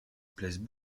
plaisent